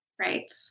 Right